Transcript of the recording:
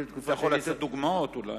אתה יכול לתת דוגמאות אולי?